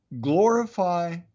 Glorify